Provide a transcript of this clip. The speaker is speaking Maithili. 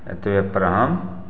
एतबेपर हम